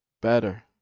better